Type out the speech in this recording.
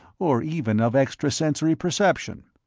or even of extrasensory perception.